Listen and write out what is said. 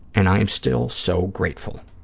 and i am still so grateful.